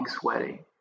sweaty